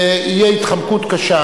ותהיה התחמקות קשה.